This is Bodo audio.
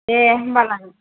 दे होमबालाय